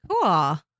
Cool